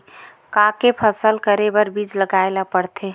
का के फसल करे बर बीज लगाए ला पड़थे?